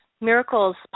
Miracles